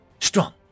strong